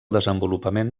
desenvolupament